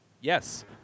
Yes